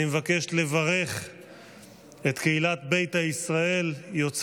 אני מבקש לברך את קהילת ביתא ישראל הנפלאה,